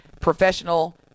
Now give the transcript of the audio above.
professional